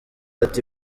ati